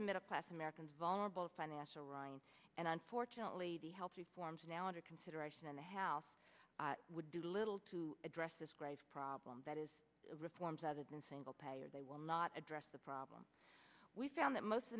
of middle class americans vulnerable financial ryan and unfortunately the health reforms now under consideration in the house would do little to address this grave problem that is reforms other than single payer they will not address the problem we found that most of